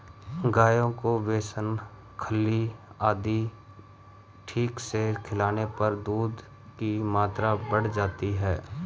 गायों को बेसन खल्ली आदि ठीक से खिलाने पर दूध की मात्रा बढ़ जाती है